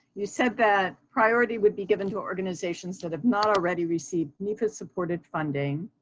you said that priority would be given to organizations that have not already received nefa supported funding.